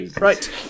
right